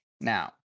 Now